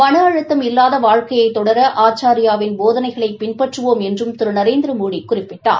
மன அழுத்தம் இல்லாத வாழ்க்கைய தொடர அச்சாரியாவின் போதனைகளை பின்பற்றுவோம் என்றும் திரு நரேந்திரமோடி குறிப்பிட்டார்